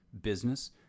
business